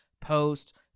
post